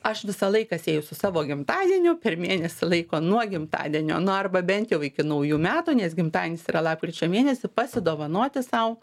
aš visą laiką sieju su savo gimtadieniu per mėnesį laiko nuo gimtadienio nu arba bent jau iki naujų metų nes gimtadienis yra lapkričio mėnesį pasidovanoti sau